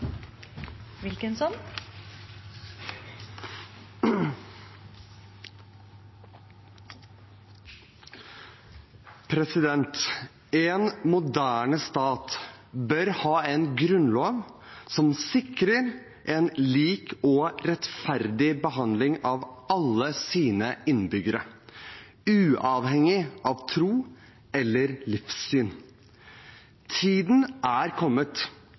En moderne stat bør ha en grunnlov som sikrer en lik og rettferdig behandling av alle sine innbyggere, uavhengig av tro eller livssyn. Tiden er kommet